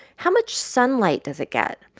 how much sunlight does it get?